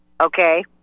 Okay